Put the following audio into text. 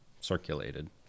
circulated